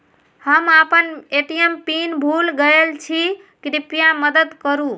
हम आपन ATM PIN भूल गईल छी, कृपया मदद करू